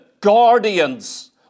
guardians